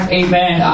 amen